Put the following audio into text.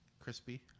Crispy